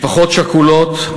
משפחות שכולות,